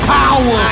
power